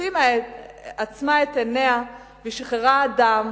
עצמה את עיניה ושחררה אדם